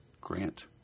Grant